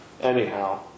Anyhow